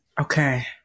okay